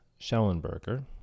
Schellenberger